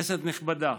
כנסת נכבדה,